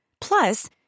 Plus